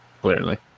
Clearly